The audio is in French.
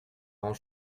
grand